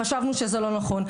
חשבנו שזה לא נכון.